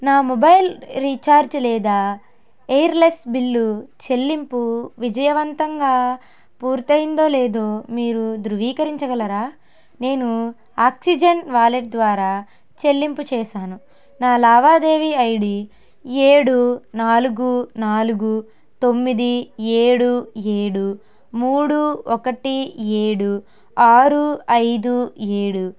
నా mobile recharge లేదా Aircel bill చెల్లింపు విజయవంతంగా పూర్తయ్యిందో లేదో మీరు ధృవీకరించగలరా నేను ఆక్సిజెన్ వాలెట్ ద్వారా చెల్లింపు చేశాను నా లావాదేవీ ఐడీ ఏడు నాలుగు నాలుగు తొమ్మిది ఏడు ఏడు మూడు ఒకటి ఏడు ఆరు ఐదు ఏడు